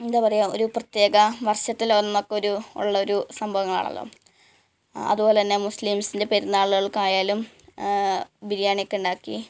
എന്താണ് പറയുക ഒരു പ്രിത്യേക വർഷത്തിലൊന്നൊക്കെ ഒരു ഉള്ളൊരു സംഭവങ്ങളാണല്ലോ അതുപോലെ തന്നെ മുസ്ലിംസ്സിൻ്റെ പെരുന്നാളുകൾക്ക് ആയാലും ബിരിയാണിയൊക്കെ ഉണ്ടാക്കി